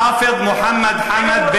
חאפד מוחמד חאמד,